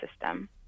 system